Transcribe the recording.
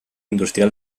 industrial